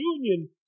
union